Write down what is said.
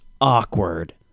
awkward